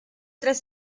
tres